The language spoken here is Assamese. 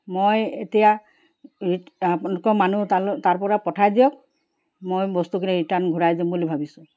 মই এতিয়া আপোনালোকৰ মানুহ তাৰ পৰা পঠাই দিয়ক মই বস্তুখিনি ৰিটাৰ্ণ ঘূৰাই দিম বুলি ভাবিছোঁ